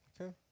Okay